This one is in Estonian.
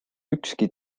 ükski